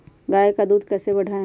गाय का दूध कैसे बढ़ाये?